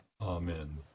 Amen